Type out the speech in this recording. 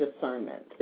discernment